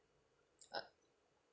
uh